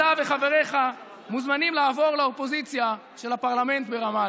אתה וחבריך מוזמנים לעבור לאופוזיציה של הפרלמנט ברמאללה.